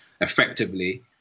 effectively